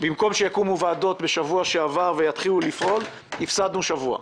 במקום שיקומו ועדות בשבוע שעבר ויתחילו לפעול הפסדנו שבוע.